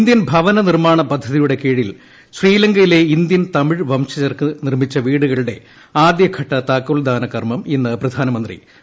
Indian ഭവനനിർമ്മാണ പദ്ധതിയുടെ ശ്രീലങ്കയിലെ ഇന്ത്യൻ തമിഴ്വംശജർക്ക് നിർമ്മിച്ച വീടുകളുടെ ആദ്യഘട്ട താക്കോൽദാന കർമ്മം ഇന്ന് പ്രധാനമന്ത്രി നിർവ്വഹിക്കും